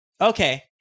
Okay